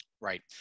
Right